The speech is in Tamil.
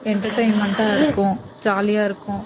என்டர்டைமெண்டாக இருக்கும் ஜாலியாக இருக்கும்